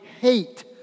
hate